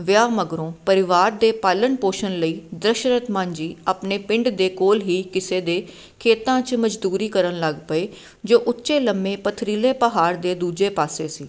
ਵਿਆਹ ਮਗਰੋਂ ਪਰਿਵਾਰ ਦੇ ਪਾਲਣ ਪੋਸ਼ਣ ਲਈ ਦਸ਼ਰਤ ਮਾਂਜੀ ਆਪਣੇ ਪਿੰਡ ਦੇ ਕੋਲ ਹੀ ਕਿਸੇ ਦੇ ਖੇਤਾਂ 'ਚ ਮਜ਼ਦੂਰੀ ਕਰਨ ਲੱਗ ਪਏ ਜੋ ਉੱਚੇ ਲੰਮੇ ਪਥਰੀਲੇ ਪਹਾੜ ਦੇ ਦੂਜੇ ਪਾਸੇ ਸੀ